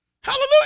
Hallelujah